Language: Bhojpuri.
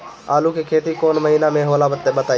आलू के खेती कौन महीना में होला बताई?